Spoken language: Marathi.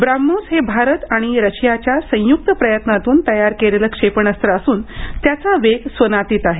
ब्राम्होस हे भारत आणि रशियाच्या संयुक्त प्रयत्नांतून तयार केलेलं क्षेपणास्त्र असून त्याचा वेग स्वनातीत आहे